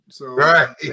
Right